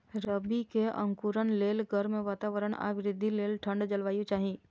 रबी के अंकुरण लेल गर्म वातावरण आ वृद्धि लेल ठंढ जलवायु चाही